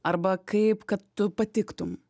arba kaip kad tu patiktum